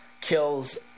kills